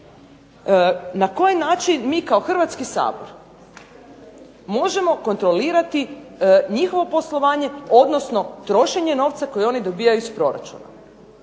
na koji način mi kao Hrvatski sabor možemo kontrolirati njihovo poslovanje odnosno trošenje novca koji oni dobijaju iz proračuna.